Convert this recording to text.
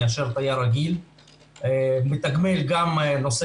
יותר מאשר תייר רגיל מתגמל גם את נושא